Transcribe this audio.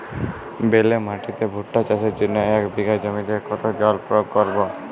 বেলে মাটিতে ভুট্টা চাষের জন্য এক বিঘা জমিতে কতো জল প্রয়োগ করব?